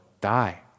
die